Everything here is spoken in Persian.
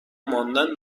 ماندن